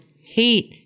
hate